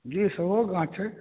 जी सेहो गाछ छै